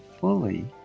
fully